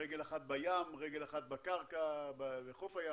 רגל אחת בים, אחת בחוף הים